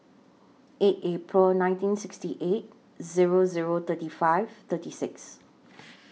eight April nineteen sixty eight Zero Zero thirty five thirty six